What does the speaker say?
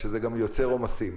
שזה גם יוצר עומסים,